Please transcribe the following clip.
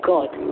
God